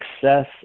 success